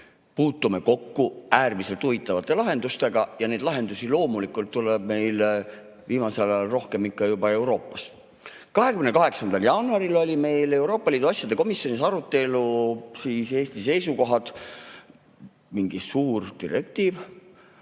puutume kokku äärmiselt huvitavate lahendustega ja neid lahendusi loomulikult tuleb meile viimasel ajal rohkem ikka juba Euroopast. 28. jaanuaril oli meil Euroopa Liidu asjade komisjonis arutelu: Eesti seisukohad, mingi suur direktiiv